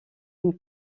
une